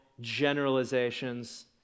generalizations